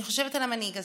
אני חושבת על המנהיג הזה,